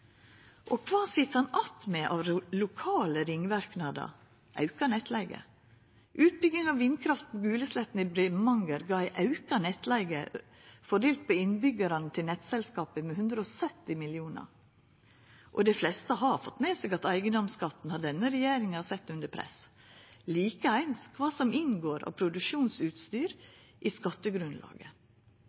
Og kva sit ein att med av lokale ringverknader? Auka nettleige. Utbygginga av vindkraft på Guleslettene i Bremanger gav ei auka nettleige fordelt på innbyggjarane til nettselskapet med 170 mill. kr. Og dei fleste har fått med seg at eigedomsskatten har denne regjeringa sett under press, likeeins kva som inngår av produksjonsutstyr i skattegrunnlaget.